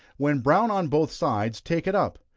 when brown on both sides, take it up,